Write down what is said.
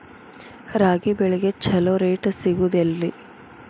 ರಾಗಿ ಬೆಳೆಗೆ ಛಲೋ ರೇಟ್ ಸಿಗುದ ಎಲ್ಲಿ?